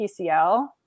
PCL